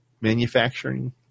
manufacturing